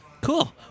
cool